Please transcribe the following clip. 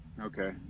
Okay